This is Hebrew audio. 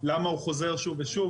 למה הוא חוזר שוב ושוב?